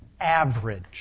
Average